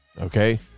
okay